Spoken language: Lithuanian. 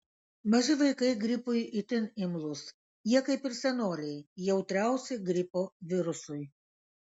maži vaikai gripui itin imlūs jie kaip ir senoliai jautriausi gripo virusui